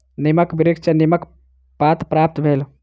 नीमक वृक्ष सॅ नीमक पात प्राप्त भेल